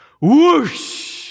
whoosh